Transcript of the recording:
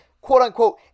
quote-unquote